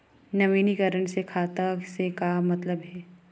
नवीनीकरण से खाता से का मतलब हे?